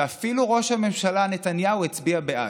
ואפילו ראש הממשלה נתניהו הצביע בעד,